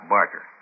Barker